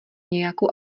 nějakou